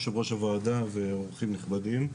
יושב-ראש הוועדה ואורחים נכבדים,